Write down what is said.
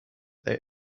their